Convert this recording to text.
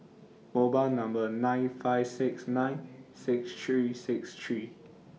mobile Number nine five six nine six three six three